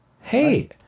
Hey